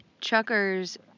Chuckers